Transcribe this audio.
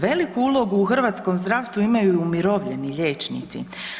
Veliku ulogu u hrvatskom zdravstvu imaju i umirovljeni liječnici.